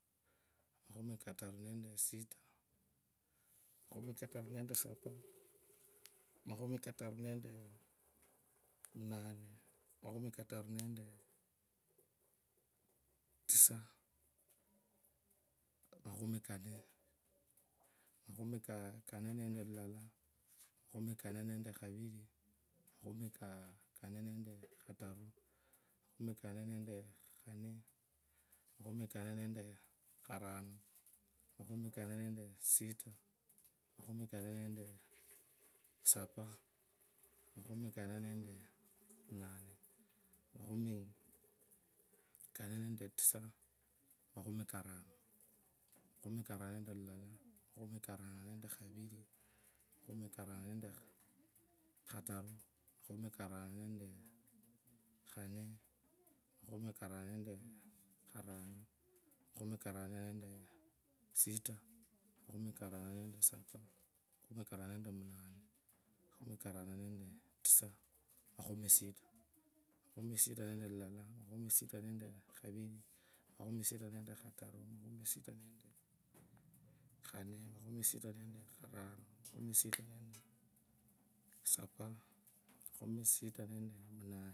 Mukhumikataru nende sita, makhumikataru nendee sapaa, makhumikataru nendee munane, makhumikataru nende tisa, makhumi kunee, makhumikanee nende lilala, makhumikunee nende kaviri, makhumikunee nende korano, makhumikanee nende sita, makhumikunee nendesapaa, makhumikunee nende munane, makhumikanee nendesapaa, makhumikanee nende munane, makhumikanee nende tisa, makhumikarano. makhumi karano, nende lilala, makhumi karano nende khamiri, makhumi karano nende khataru, makhumikarano, nende khanee, makhumikanoo nende karanu, makhumikarano nende sita, makhumikarano nende sapaa, makhumikarano nende munane, makhumikarano nende tisa, makhumista. Makhumisita nendee khataru, makhumisita nende khanee, makhumisita nende kharanu, makhumisita nende sapaa makhumisita nendee munane.